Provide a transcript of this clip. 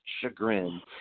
chagrin